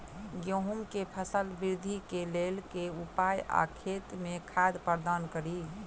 गेंहूँ केँ फसल वृद्धि केँ लेल केँ उपाय आ खेत मे खाद प्रदान कड़ी?